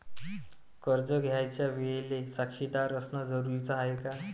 कर्ज घ्यायच्या वेळेले साक्षीदार असनं जरुरीच हाय का?